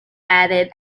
added